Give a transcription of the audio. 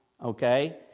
okay